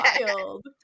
wild